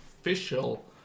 official